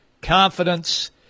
confidence